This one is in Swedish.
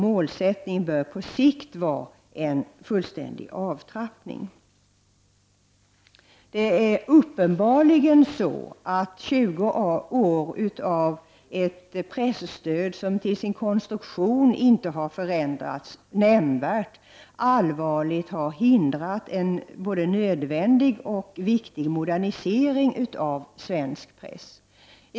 Målsättningen bör på sikt vara en fullständig avtrappning av detsamma. 20 år med ett presstöd, som till sin konstruktion inte har förändrats nämnvärt, har uppenbarligen allvarligt hindrat en både nödvändig och viktig modernisering av svensk press.